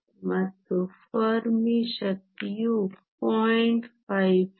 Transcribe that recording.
55 ಮತ್ತು ಫೆರ್ಮಿ ಶಕ್ತಿಯು 0